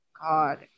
God